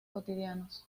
cotidianos